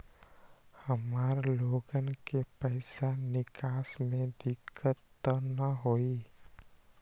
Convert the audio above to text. हमार लोगन के पैसा निकास में दिक्कत त न होई?